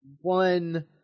One